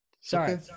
Sorry